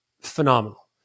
phenomenal